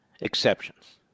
exceptions